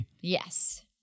yes